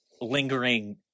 Lingering